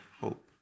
hope